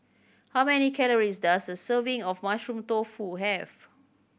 how many calories does a serving of Mushroom Tofu have